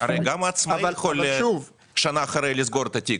הרי גם העצמאי יכול שנה אחרי לסגור את התיק,